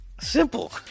Simple